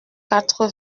quatre